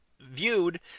viewed